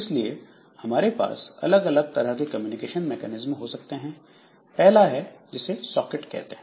इसलिए हमारे पास अलग अलग तरह के कम्युनिकेशन मैकेनिज्म हो सकते हैं पहला है जिसे सॉकेट कहते हैं